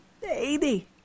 baby